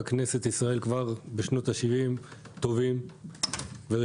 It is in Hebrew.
כנסת ישראל כבר בשנות ה-70 טובים וראויים.